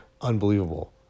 Unbelievable